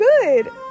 good